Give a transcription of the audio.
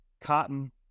Cotton